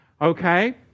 okay